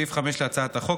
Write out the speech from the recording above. סעיף 5 להצעת החוק,